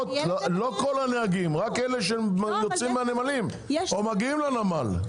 לא כל הנהגים רק אלה שיוצאים מהנמלים או מגיעים לנמל.